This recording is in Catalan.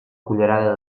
cullerada